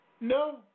no